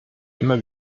immer